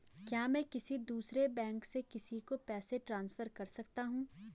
क्या मैं किसी दूसरे बैंक से किसी को पैसे ट्रांसफर कर सकता हूँ?